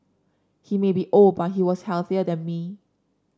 he may be old but he was healthier than me